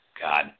God